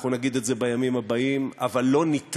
אנחנו נגיד את זה בימים הבאים,